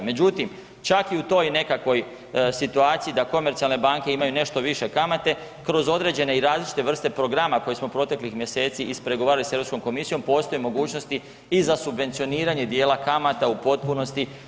Međutim, čak i u toj nekakvoj situaciji da komercijalne banke imaju nešto više kamate kroz određene i različite vrste programa koje smo proteklih mjeseci ispregovarali s Europskom komisijom postoje mogućnosti i za subvencioniranje dijela kamata u potpunosti.